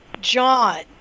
John